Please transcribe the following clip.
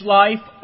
life